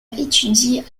étudié